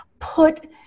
Put